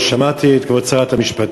שמעתי את כבוד שרת המשפטים,